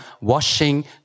washing